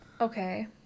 Okay